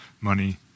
money